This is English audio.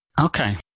Okay